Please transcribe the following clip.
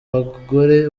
bagore